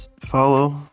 follow